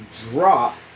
drop